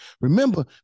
Remember